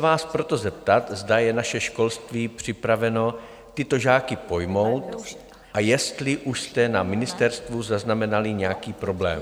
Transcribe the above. Chci se vás proto zeptat, zda je naše školství připraveno tyto žáky pojmout a jestli už jste na ministerstvu zaznamenali nějaký problém.